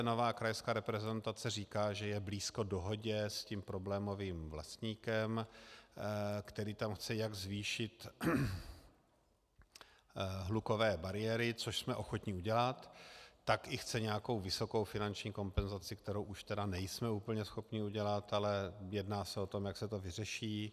Nová krajská reprezentace říká, že je blízko dohodě s tím problémovým vlastníkem, který tam chce jak zvýšit hlukové bariéry, což jsme ochotni udělat, tak i chce nějakou vysokou finanční kompenzaci, kterou už tedy nejsme úplně schopni udělat, ale jedná se o tom, jak se to vyřeší.